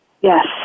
Yes